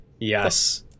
Yes